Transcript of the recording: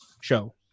show